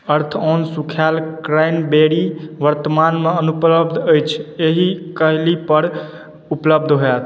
अर्थऑन सूखायल क्रैनबेरी वर्तमानमे अनुपलब्ध अछि ई काल्हि पर उपलब्ध हैत